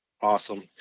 awesome